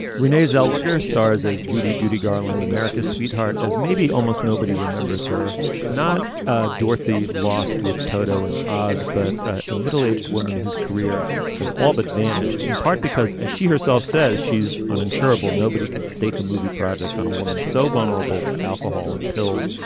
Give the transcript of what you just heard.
renee zellweger stars as judy judy garland america's sweetheart as maybe almost nobody remembers her not ah dorothy lost with toto and oz but a middle aged woman whose career has all but vanished in part because as she herself says she's uninsurable nobody can stake a movie project on a woman so vulnerable to alcohol and pills.